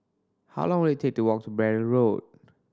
how long will it take to walk to Braddell Road